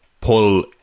pull